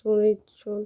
ଶୁନିଛୁଁ